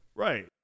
Right